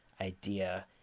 idea